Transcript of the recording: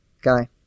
guy